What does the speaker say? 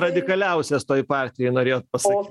radikaliausias toj partijoj norėjot pasakyt